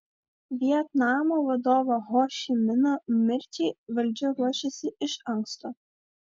vietnamo vadovo ho ši mino mirčiai valdžia ruošėsi iš anksto